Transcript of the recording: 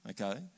Okay